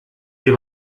dem